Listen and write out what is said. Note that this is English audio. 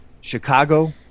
Chicago